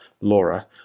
Laura